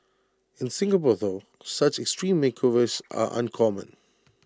in Singapore though such extreme makeovers are uncommon